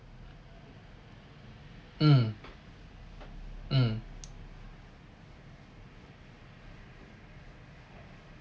mm mm